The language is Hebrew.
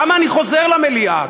למה אני חוזר למליאה?